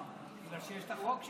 אה, בגלל שיש את החוק שלו.